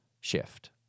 shift